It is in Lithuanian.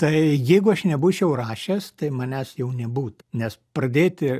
tai jeigu aš nebūčiau rašęs tai manęs jau nebūtų nes pradėti